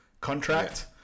contract